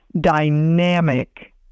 dynamic